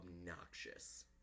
obnoxious